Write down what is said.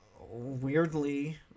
weirdly